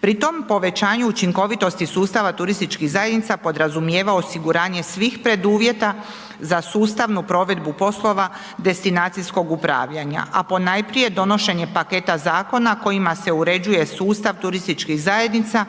Pri tom povećanju učinkovitosti sustava turističkih zajednica podrazumijeva osiguranje svih preduvjeta za sustavnu provedbu poslova destinacijskog upravljanja a ponajprije donošenja paketa zakona kojima se uređuje sustav turističkih zajednica